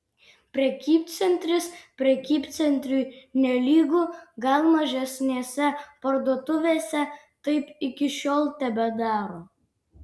prekybcentris prekybcentriui nelygu gal mažesnėse parduotuvėse taip iki šiol tebedaro